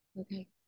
Okay